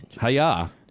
hiya